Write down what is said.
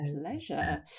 pleasure